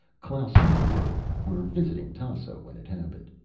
klaus and i were were visiting tasso when it happened.